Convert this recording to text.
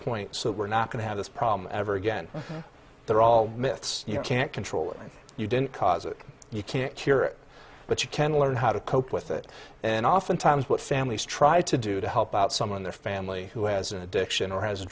point so we're not going to have this problem ever again they're all myths you can't control it you didn't cause it you can't cure it but you can learn how to cope with it and oftentimes what families try to do to help out someone their family who has an addiction or has a